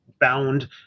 bound